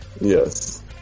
Yes